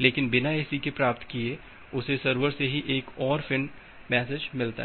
लेकिन बिना ACK प्राप्त किए उसे सर्वर से ही एक और फ़िन् मैसेज मिलाता है